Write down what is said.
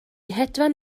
hedfan